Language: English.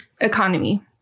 economy